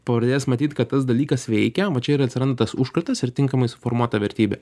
pradės matyt kad tas dalykas veikia va čia ir atsiranda tas užkratas ir tinkamai suformuota vertybė